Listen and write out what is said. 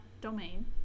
domain